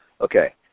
okay